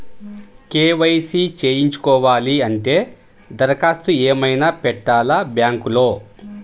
KYC చేయించుకోవాలి అంటే దరఖాస్తు ఏమయినా పెట్టాలా బ్యాంకులో?